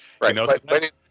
Right